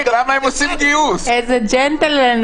הסתייגויות שנומקו את לא מקריאה.